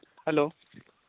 hello